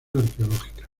arqueológica